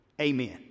Amen